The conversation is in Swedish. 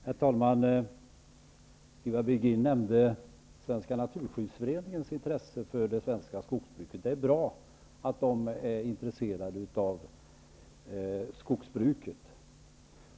Herr talman! Ivar Virgin nämnde Svenska naturskyddsföreningens intresse för det svenska skogsbruket. Det är bra att man inom Naturskyddsföreningen är intresserad av skogsbruket.